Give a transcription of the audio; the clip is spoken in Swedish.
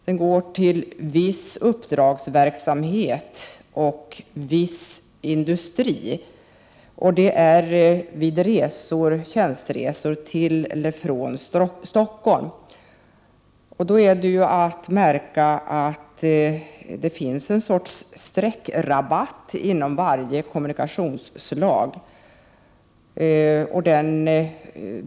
Det går till viss uppdragsverksamhet och viss industri och det gäller tjänsteresor till eller ifrån Stockholm. Då är att märka att det finns en sorts sträckrabatt inom varje kommunikationsslag.